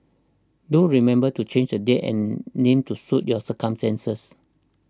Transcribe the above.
do remember to change the date and name to suit your circumstances